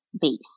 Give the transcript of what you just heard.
base